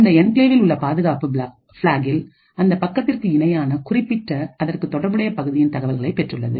அந்த என்கிளேவில் உள்ள பாதுகாப்பு பிளாகில் அந்தப் பக்கத்திற்கு இணையான குறிப்பிட்ட அதற்கு தொடர்புடைய பகுதியின் தகவலை பெற்றுள்ளது